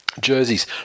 Jerseys